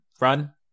run